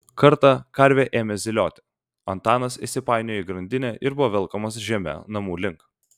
kartą karvė ėmė zylioti antanas įsipainiojo į grandinę ir buvo velkamas žeme namų link